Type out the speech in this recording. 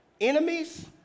Enemies